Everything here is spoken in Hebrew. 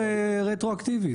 ולהתיר רטרואקטיבית.